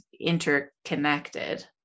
interconnected